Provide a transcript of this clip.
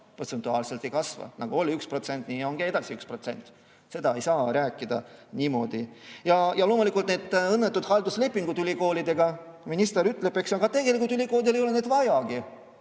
protsentuaalselt ei kasva – nagu oli 1%, nii on ka edasi 1%. Seda ei saa rääkida niimoodi. Ja loomulikult need õnnetud halduslepingud ülikoolidega. Minister ütleb, et tegelikult ülikoolidel ei ole neid vajagi.